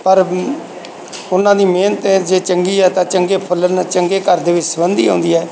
ਪਰ ਵੀ ਉਹਨਾਂ ਦੀ ਮਿਹਨਤ ਹੈ ਜੇ ਚੰਗੀ ਹੈ ਤਾਂ ਚੰਗੇ ਫੁੱਲ ਨਾਲ ਚੰਗੇ ਘਰ ਦੇ ਵਿੱਚ ਸੁਗੰਧੀ ਆਉਂਦੀ ਹੈ